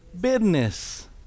business